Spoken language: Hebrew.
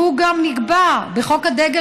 והוא גם נקבע בחוק הדגל,